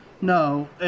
No